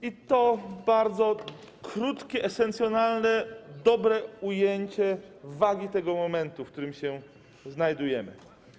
I to bardzo krótkie, esencjonalne, dobre ujęcie wagi tego momentu, w którym się znajdujemy.